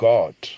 God